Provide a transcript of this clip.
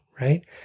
right